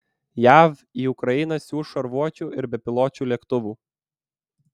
jav į ukrainą siųs šarvuočių ir bepiločių lėktuvų